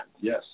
Yes